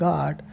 God